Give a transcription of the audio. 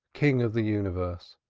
king of the universe,